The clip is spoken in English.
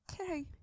okay